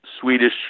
Swedish